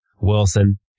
Wilson